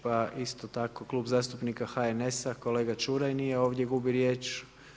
Pa isto tako Klub zastupnika HNS-a kolega Čuraj nije ovdje, gubi riječ.